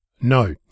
No